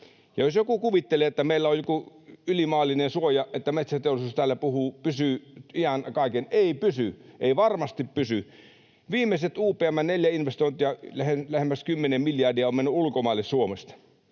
Jos joku kuvittelee, että meillä on joku ylimaallinen suoja niin että metsäteollisuus täällä pysyy iän kaiken, niin ei pysy. Ei varmasti pysy. Viimeiset UPM:n neljä investointia, lähemmäs 10 miljardia, on mennyt ulkomaille Suomesta.